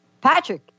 patrick